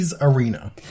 Arena